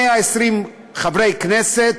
120 חברי כנסת,